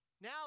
now